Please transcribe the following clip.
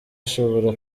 ashobora